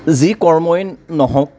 যি কৰ্মই নহওক